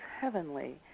heavenly